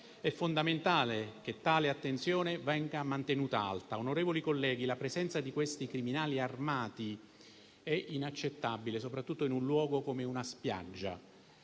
È fondamentale che tale attenzione venga mantenuta alta. Onorevoli colleghi, la presenza di quei criminali armati è inaccettabile, soprattutto in un luogo come una spiaggia.